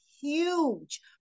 huge